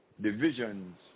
divisions